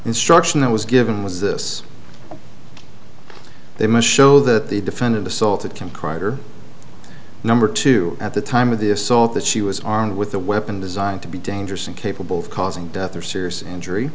instruction that was given was this they must show that the defendant assaulted can kreiter number two at the time of the assault that she was armed with a weapon designed to be dangerous and capable of causing death or serious injury